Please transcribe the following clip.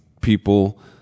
people